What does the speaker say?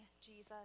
Jesus